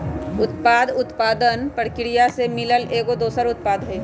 उपोत्पाद उत्पादन परकिरिया से मिलल एगो दोसर उत्पाद हई